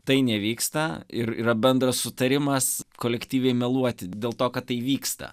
tai nevyksta ir yra bendras sutarimas kolektyviai meluoti dėl to kad tai vyksta